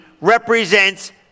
represents